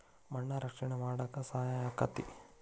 ಮಣ್ಣ ರಕ್ಷಣೆ ಮಾಡಾಕ ಸಹಾಯಕ್ಕತಿ